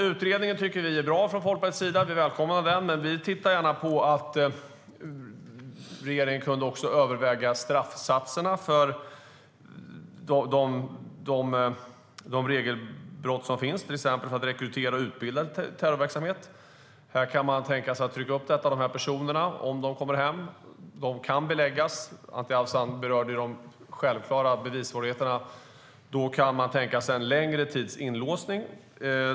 Utredningen tycker vi i Folkpartiet är bra. Vi välkomnar den, men vi skulle gärna se att regeringen övervägde de straffsatser som finns för vissa brott, till exempel för att rekrytera och utbilda terrorister. Om de här personerna kommer hem och brott kan styrkas - Anti Avsan berörde de uppenbara bevissvårigheterna - kan Folkpartiet tänka sig att de beläggs med en längre tids inlåsning.